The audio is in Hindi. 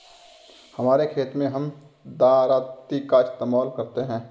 हमारे खेत मैं हम दरांती का इस्तेमाल करते हैं